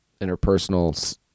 interpersonal